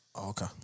okay